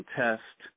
test